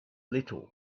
little